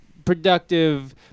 Productive